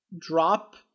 drop